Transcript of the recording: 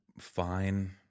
fine